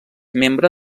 membre